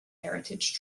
heritage